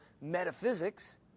metaphysics